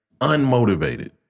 Unmotivated